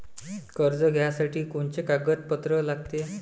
कर्ज घ्यासाठी कोनचे कागदपत्र लागते?